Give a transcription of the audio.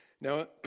Now